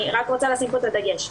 אני רוצה להדגיש,